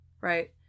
right